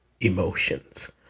emotions